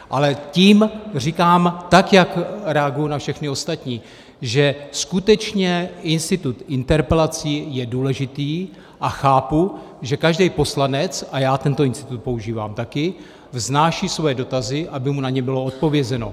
Ale tím říkám, tak jak reaguji na všechny ostatní, že skutečně institut interpelací je důležitý a chápu, že každý poslanec a já tento institut používám také vznáší své dotazy, aby mu na ně bylo odpovězeno.